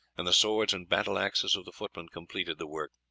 and the swords and battle-axes of the footmen completed the work.